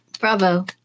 bravo